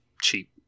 cheap